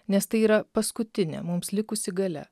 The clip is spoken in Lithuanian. nes tai yra paskutinė mums likusi galia